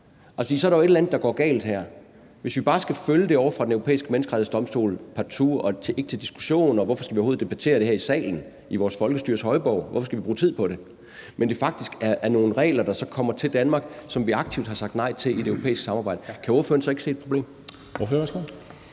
for så er der jo et eller andet, der går galt her? Hvis vi bare skal følge det ovre fra Den Europæiske Menneskerettighedsdomstol, partout og ikke til diskussion, hvor spørgsmålet er, hvorfor vi overhovedet skal debattere det her i salen i vores folkestyres højborg, og hvorfor vi skal bruge tid på det, og det faktisk er nogle regler, der så kommer til Danmark, som vi aktivt har sagt nej til i det europæiske samarbejde, kan ordføreren så ikke se et problem?